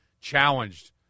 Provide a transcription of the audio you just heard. challenged